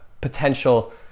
potential